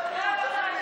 די, די.